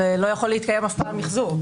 לא יכול להתקיים אף פעם מחזור.